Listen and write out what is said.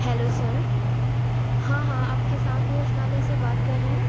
hello sir हाँ हाँ आप किसान भोजनालय से बात कर रहे हैं